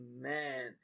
man